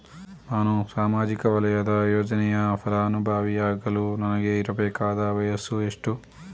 ನಾನು ಸಾಮಾಜಿಕ ವಲಯದ ಯೋಜನೆಯ ಫಲಾನುಭವಿಯಾಗಲು ನನಗೆ ಇರಬೇಕಾದ ವಯಸ್ಸುಎಷ್ಟು?